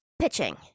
pitching